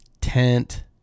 tent